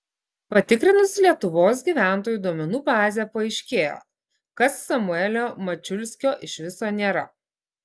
patikrinus lietuvos gyventojų duomenų bazę paaiškėjo kas samuelio mačiulskio iš viso nėra